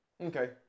Okay